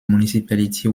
municipality